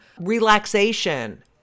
relaxation